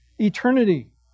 eternity